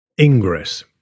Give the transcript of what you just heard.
Ingress